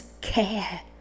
care